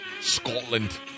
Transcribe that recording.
Scotland